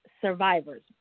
survivors